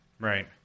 Right